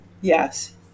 yes